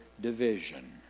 division